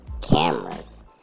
cameras